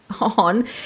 on